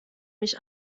mich